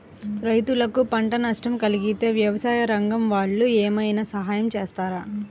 రైతులకు పంట నష్టం కలిగితే వ్యవసాయ రంగం వాళ్ళు ఏమైనా సహాయం చేస్తారా?